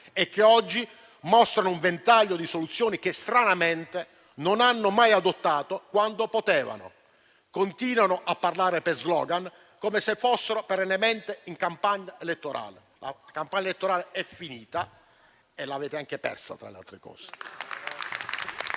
e che oggi mostrano un ventaglio di soluzioni che stranamente non hanno mai adottato quando potevano farlo: continuano a parlare per *slogan* come se fossero perennemente in campagna elettorale. La campagna elettorale è finita e l'avete anche persa, tra le altre cose.